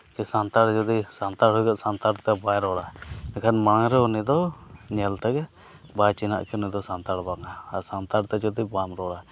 ᱥᱮ ᱥᱟᱱᱛᱟᱲ ᱡᱩᱫᱤ ᱥᱟᱱᱛᱟᱲ ᱦᱩᱭ ᱠᱟᱛᱮ ᱥᱟᱱᱛᱟᱲᱛᱮ ᱵᱟᱭ ᱨᱚᱲᱟ ᱮᱱᱠᱷᱟᱱ ᱢᱟᱲᱟᱝ ᱨᱮ ᱩᱱᱤ ᱫᱚ ᱧᱮᱞ ᱛᱮᱜᱮ ᱵᱟᱭ ᱪᱤᱱᱦᱟᱹᱣ ᱦᱚᱪᱚᱱᱟ ᱥᱟᱱᱛᱟᱲ ᱵᱟᱝᱟ ᱥᱟᱱᱛᱟᱲ ᱛᱮ ᱡᱩᱫᱤ ᱵᱟᱢ ᱨᱚᱲᱟ